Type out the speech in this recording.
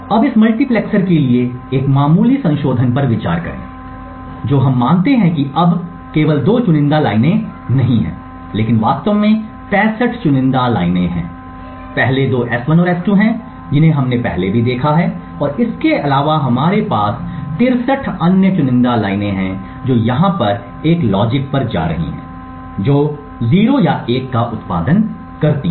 अब इस मल्टीप्लेक्सर के लिए एक मामूली संशोधन पर विचार करें जो हम मानते हैं कि अब केवल दो चुनिंदा लाइनें नहीं हैं लेकिन वास्तव में 65 चुनिंदा लाइनें हैं पहले दो S1 और S2 हैं जिन्हें हमने पहले भी देखा है और इसके अलावा हमारे पास 63 अन्य चुनिंदा लाइनें हैं जो यहाँ पर एक लॉजिक पर जा रही हैं जो 0 या 1 का उत्पादन करती हैं